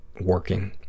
working